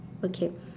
okay